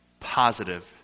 positive